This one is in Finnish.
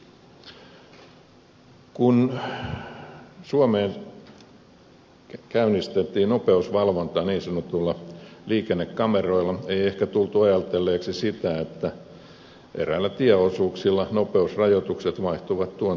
kun suomessa käynnistettiin nopeusvalvonta niin sanotuilla liikennekameroilla ei ehkä tultu ajatelleeksi sitä että eräillä tieosuuksilla nopeusrajoitukset vaihtuvat tuon tuostakin